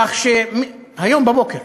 כך, היום בבוקר.